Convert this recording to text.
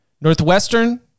Northwestern